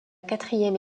quatrième